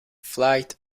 flight